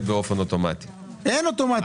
באופן אוטומטי --- אין אוטומטי כאן.